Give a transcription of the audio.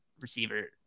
receiver